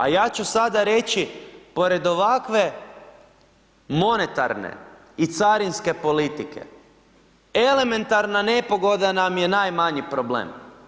A ja ću sada reći, pored ovakve monetarne i carinske politike, elementarna nepogoda nam je najmanji problem.